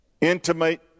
intimate